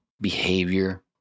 behavior